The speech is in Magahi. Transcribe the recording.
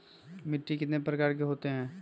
मिट्टी कितने प्रकार के होते हैं?